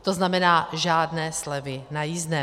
To znamená žádné slevy na jízdném.